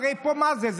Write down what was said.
הרי מה זה פה?